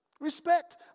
Respect